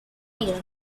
years